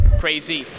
crazy